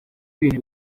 ibintu